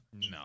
No